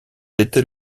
était